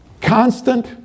constant